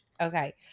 Okay